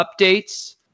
updates